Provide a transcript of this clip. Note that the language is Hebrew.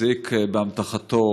מחזיק באמתחתו